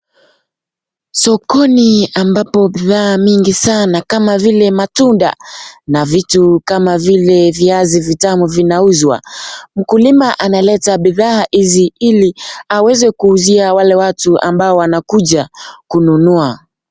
Sokoni ambapo bidhaa mingi Sana kama vile matunda na vitu kama vile viazi vitamu vinauzwa .Mkulima analeta bidhaa izi ili aweze kuuzia wale watu ambao wanakuja kununua .